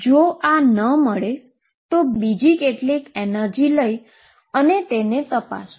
જો આ ના મળે તો બીજી કેટલીક એનર્જી લઈ અને તેને તપાસો